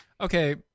Okay